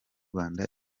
rwanda